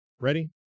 Ready